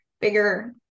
bigger